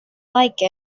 like